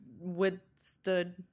withstood